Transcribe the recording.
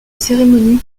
cérémonies